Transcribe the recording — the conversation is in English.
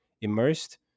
Immersed